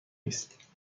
است